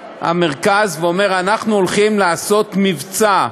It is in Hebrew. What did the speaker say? בא המרכז ואומר: אנחנו הולכים לעשות מבצע,